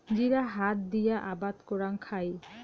জিরা হাত দিয়া আবাদ করাং খাই